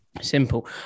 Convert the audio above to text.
simple